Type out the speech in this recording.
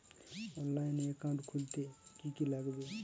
অনলাইনে একাউন্ট খুলতে কি কি লাগবে?